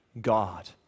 God